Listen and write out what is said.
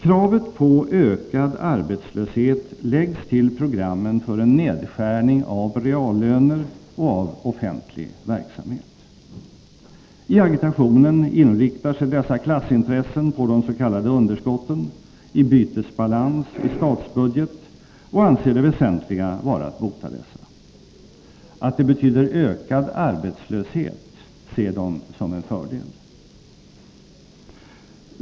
Kravet på ökad arbetslöshet läggs till programmen för en nedskärning av reallöner och av offentlig verksamhet. I agitationen inriktar sig dessa klassintressen på de s.k. underskotten — i bytesbalans och i statsbudget — och anser det väsentliga vara att bota dessa. Att det betyder ökad arbetslöshet ser de som en fördel.